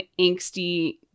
angsty